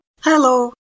Hello